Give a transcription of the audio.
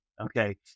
Okay